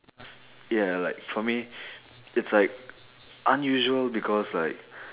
ya like for me it's like unusual because like